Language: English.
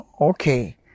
Okay